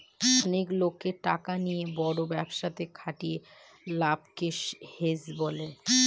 অনেক লোকের টাকা নিয়ে বড় ব্যবসাতে খাটিয়ে লাভকে হেজ বলে